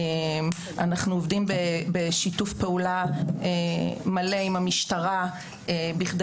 אנחנו עובדים בשיתוף פעולה מלא עם המשטרה בכדי